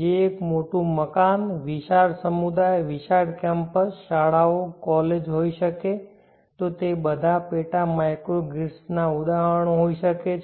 જે એક મોટું મકાન વિશાળ સમુદાય વિશાળ કેમ્પસ શાળાઓ કોલેજ હોઈ શકે તો તે બધા પેટા માઇક્રોગ્રાઇડ્સના ઉદાહરણો હોઈ શકે છે